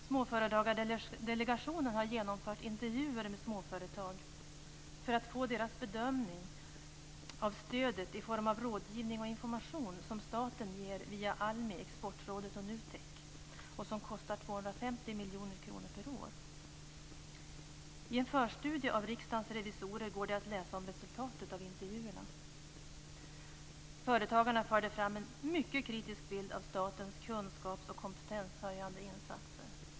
Småföretagsdelegationen har genomfört intervjuer med småföretag för att få deras bedömning av stödet i form av rådgivning och information som staten ger via ALMI, Exportrådet och NUTEK och som kostar 250 miljoner kronor per år. I en förstudie av Riksdagens revisorer går det att läsa om resultatet av intervjuerna. Företagarna förde fram en mycket kritisk bild av statens kunskaps och kompetenshöjande insatser.